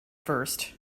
first